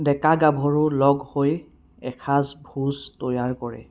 ডেকা গাভৰু লগ হৈ এসাঁজ ভোজ তৈয়াৰ কৰে